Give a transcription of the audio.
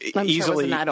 easily